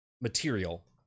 material